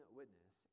witness